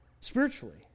spiritually